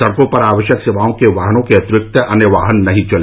सड़कों पर आवश्यक सेवाओं के वाहनों के अतिरिक्त अन्य वाहन नहीं चले